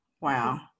Wow